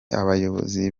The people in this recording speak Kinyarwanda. abayobozi